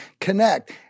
connect